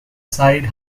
side